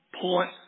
point